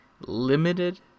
limited